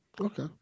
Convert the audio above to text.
Okay